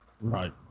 Right